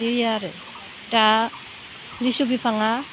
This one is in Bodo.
बे आरो दा लिसु बिफाङा